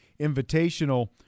Invitational